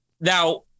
Now